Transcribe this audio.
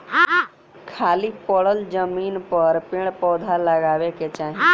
खाली पड़ल जमीन पर पेड़ पौधा लगावे के चाही